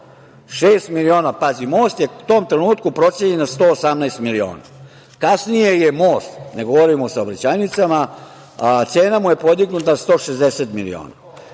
miliona, pazite. Most je u tom trenutku procenjen na 118 miliona. Kasnije je mostu, ne govorim o saobraćajnicama, cena podignuta na 160 miliona,